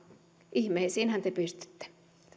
ihmeisiinhän te pystytte